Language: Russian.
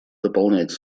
дополнять